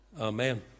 Amen